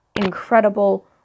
incredible